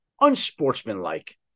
unsportsmanlike